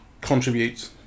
contribute